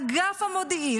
אגף המודיעין,